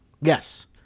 Yes